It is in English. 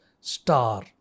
star